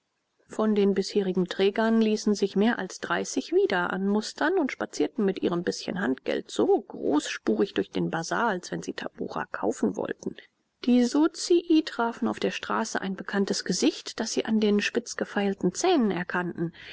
von den bisherigen trägern ließen sich mehr als dreißig wieder anmustern und spazierten mit ihrem bißchen handgeld so großspurig durch den basar als wenn sie tabora kaufen wollten die sozii trafen auf der straße ein bekanntes gesicht das sie an den spitz gefeilten zähnen erkannten